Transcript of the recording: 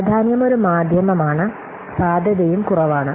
പ്രാധാന്യം ഒരു മാധ്യമമാണ് സാധ്യതയും കുറവാണ്